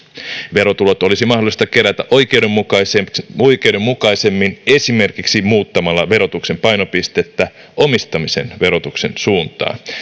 verotulot olisi mahdollista kerätä oikeudenmukaisemmin esimerkiksi muuttamalla verotuksen painopistettä omistamisen verotuksen suuntaan